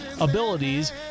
abilities